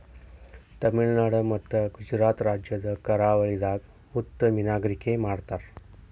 ತಮಿಳುನಾಡ್ ಮತ್ತ್ ಗುಜರಾತ್ ರಾಜ್ಯದ್ ಕರಾವಳಿದಾಗ್ ಮುತ್ತ್ ಮೀನ್ಗಾರಿಕೆ ಮಾಡ್ತರ್